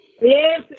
Yes